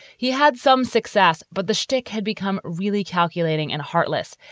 he had some success, but the shtick had become really calculating and heartless.